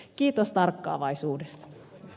kiitos tarkkaavaisuudesta